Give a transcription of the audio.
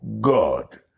God